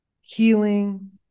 healing